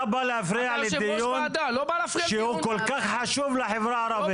אתה בא להפריע לדיון שהוא כל כך חשוב לחברה הערבית.